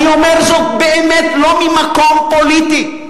אני אומר זאת באמת לא ממקום פוליטי,